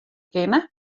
kinne